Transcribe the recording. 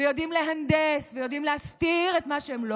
ויודעים להנדס ויודעים להסתיר את מה שהם לא